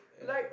yeah